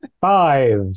Five